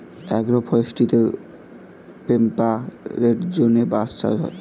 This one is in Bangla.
অ্যাগ্রো ফরেস্ট্রিতে টেম্পারেট জোনে বাঁশ চাষ হয়